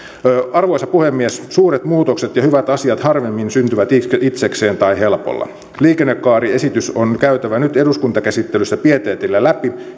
arvoisa puhemies suuret muutokset ja hyvät asiat harvemmin syntyvät itsekseen tai helpolla liikennekaariesitys on käytävä nyt eduskuntakäsittelyssä pieteetillä läpi